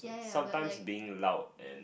sometimes being loud and